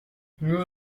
nous